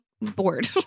bored